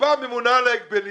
ובאה הממונה על ההגבלים,